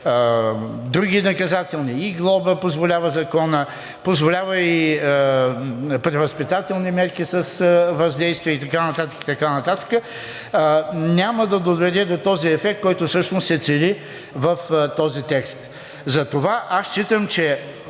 други наказателни – и глоба позволява законът, позволява и превъзпитателни мерки с въздействие и така нататък, и така нататък, няма да доведе до този ефект, който всъщност се цели в този текст. Затова считам, че